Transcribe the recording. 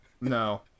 No